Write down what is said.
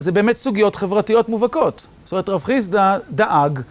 זה באמת סוגיות חברתיות מובהקות, זאת אומרת רב חסדא דאג